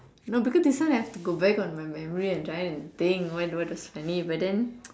no because this one have to go back on memory and try and think why what was funny but then